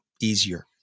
easier